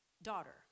Daughter